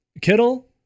Kittle